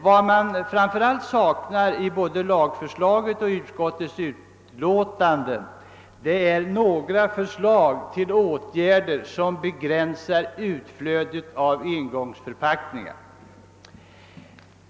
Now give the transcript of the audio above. Vad man emellertid saknar i både lagförslaget och i utskottets förslag är åtgärder som begränsar utflödet av engångsförpackningar.